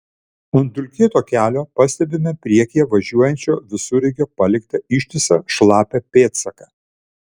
ant dulkėto kelio pastebime priekyje važiuojančio visureigio paliktą ištisą šlapią pėdsaką